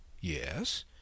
Yes